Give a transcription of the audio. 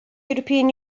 european